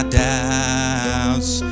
doubts